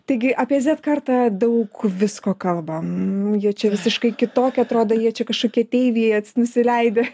taigi apie z kartą daug visko kalbam jie čia visiškai kitokie atrodo jie čia kažkokie ateiviai nusileidę